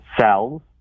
cells